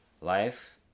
Life